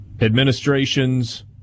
administrations